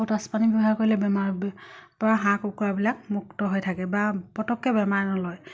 potash পানী ব্যৱহাৰ কৰিলে বেমাৰৰ পৰা হাঁহ কুকুৰাবিলাক মুক্ত হৈ থাকে বা পটককে বেমাৰে নলয়